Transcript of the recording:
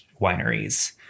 wineries